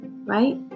right